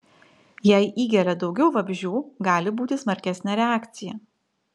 jei įgelia daugiau vabzdžių gali būti smarkesnė reakcija